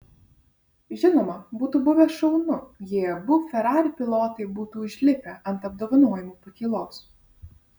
žinoma būtų buvę šaunu jei abu ferrari pilotai būtų užlipę ant apdovanojimų pakylos